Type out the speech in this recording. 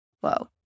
whoa